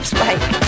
Spike